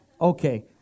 okay